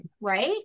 right